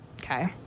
Okay